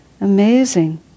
Amazing